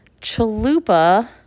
chalupa